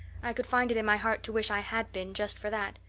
i could find it in my heart to wish i had been, just for that.